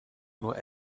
nur